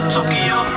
Tokyo